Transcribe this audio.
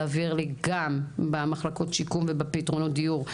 להעביר לי גם במחלקות השיקום ובפתרונות הדיור,